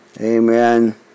amen